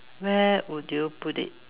where would you put it